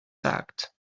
sagt